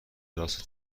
راست